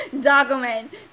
document